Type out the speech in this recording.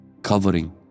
covering